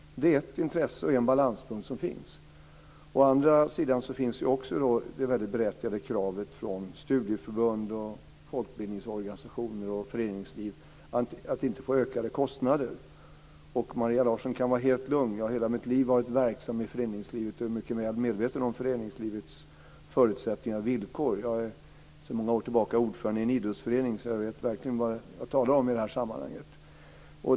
Det är ett intresse och en balanspunkt som finns. Det finns också det väldigt berättigade kravet från studieförbund, folkbildningsorganisationer och föreningsliv att inte få ökade kostnader. Maria Larsson kan vara helt lugn. Jag har hela mitt liv varit verksam i föreningslivet och är mycket väl medveten om föreningslivets förutsättningar och villkor. Jag är sedan många år tillbaka ordförande i en idrottsförening, så jag vet verkligen vad jag talar om i detta sammanhang.